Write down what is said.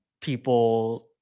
people